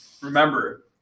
Remember